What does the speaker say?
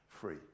free